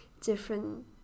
different